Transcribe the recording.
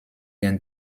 den